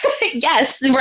yes